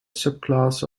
subclass